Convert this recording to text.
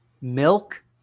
milk